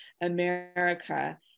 America